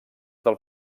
del